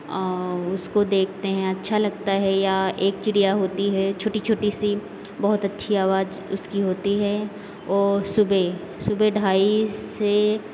और उसको देखते हैं अच्छा लगता है या एक चिड़िया होती है छोटी छोटी सी बहुत अच्छी आवाज उसकी होती है ओ सुबह सुबह ढाई से